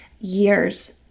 years